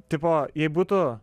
tipo jei būtų